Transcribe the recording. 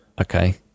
Okay